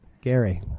gary